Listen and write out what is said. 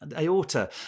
aorta